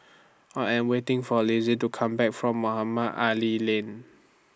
I Am waiting For Lizette to Come Back from Mohamed Ali Lane